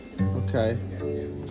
Okay